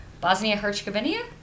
Bosnia-Herzegovina